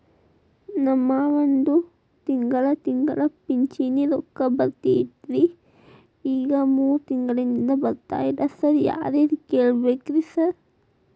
ನಮ್ ಮಾವಂದು ತಿಂಗಳಾ ತಿಂಗಳಾ ಪಿಂಚಿಣಿ ರೊಕ್ಕ ಬರ್ತಿತ್ರಿ ಈಗ ಮೂರ್ ತಿಂಗ್ಳನಿಂದ ಬರ್ತಾ ಇಲ್ಲ ಸಾರ್ ಯಾರಿಗ್ ಕೇಳ್ಬೇಕ್ರಿ ಸಾರ್?